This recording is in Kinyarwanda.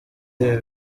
ibi